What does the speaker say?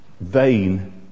vain